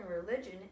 religion